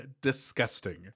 disgusting